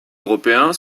européen